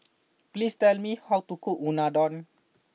please tell me how to cook Unadon